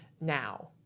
now